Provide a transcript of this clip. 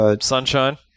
Sunshine